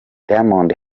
diamond